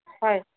হয়